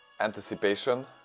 anticipation